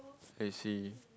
I see